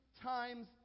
times